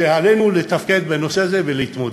לתפקד בנושא הזה ולהתמודד.